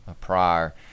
prior